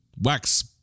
wax